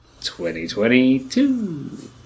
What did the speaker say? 2022